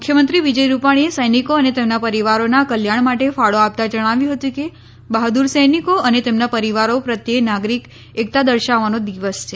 મુખ્યમંત્રી વિજય રૂપાણીએ સૈનિકો અને તેમના પરિવારોના કલ્યાણ માટે ફાળો આપતા જણાવ્યું હતું કે બહાદૂર સૈનિકો અને તેમના પરિવારો પ્રત્યે નાગરિક એક્તા દર્શાવવાનો દિવસ છે